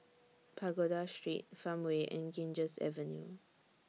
Pagoda Street Farmway and Ganges Avenue